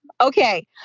Okay